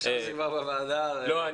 חשבתי מה בוועדה --- לא.